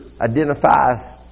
identifies